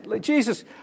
Jesus